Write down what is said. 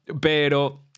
Pero